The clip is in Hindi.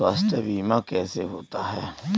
स्वास्थ्य बीमा कैसे होता है?